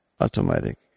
automatic